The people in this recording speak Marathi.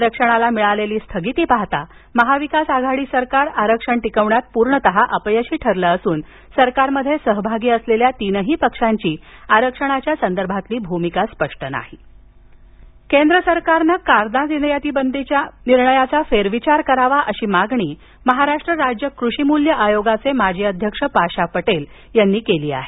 आरक्षणाला मिळालेली स्थगिती पाहाता महाविकास आघाडी सरकार आरक्षण टिकविण्यात पूर्णता अपयशी ठरले असून सरकार मध्ये सहभागी असलेल्या तीनही पक्षांची आरक्षणाच्या संदर्भातील भूमिका स्पष्ट नाही कांदा आंदोलन लातर धळे केंद्र सरकारने कांदा निर्यातबंदीच्या निर्णयाचा फेरविचार करावा अशी मागणी महाराष्ट्र राज्य कृषी मूल्य आयोगाचे माजी अध्यक्ष पाशा पटेल यांनी केली आहे